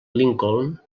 lincoln